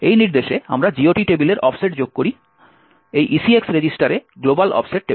এই নির্দেশে আমরা GOT টেবিলের অফসেট যোগ করি এই ECX রেজিস্টারে গ্লোবাল অফসেট টেবিল